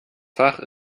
fach